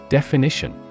Definition